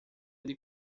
ele